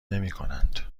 نمیکنند